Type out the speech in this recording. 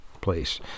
place